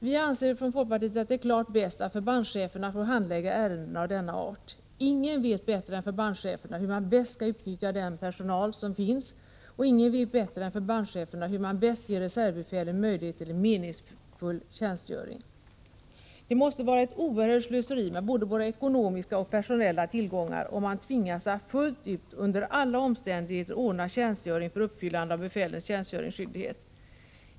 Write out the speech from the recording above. Vi från folkpartiet anser att det klart bästa är att förbandscheferna får handlägga ärenden av denna art. Ingen vet bättre än förbandscheferna hur man bäst skall utnyttja den personal som finns och ingen vet bättre än förbandscheferna hur man bäst ger reservbefälen möjlighet till en meningsfull tjänstgöring. Det måste vara ett oerhört slöseri både med ekonomiska och med personella tillgångar, om man tvingas att fullt ut under alla omständigheter ordna tjänstgöring för uppfyllande av befälens tjänstgöringsskyldighet.